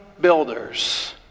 builders